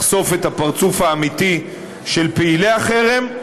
לחשוף את הפרצוף האמיתי של פעילי החרם,